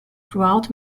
throughout